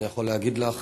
אני יכול להגיד לך